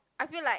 I feel like